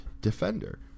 Defender